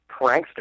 prankster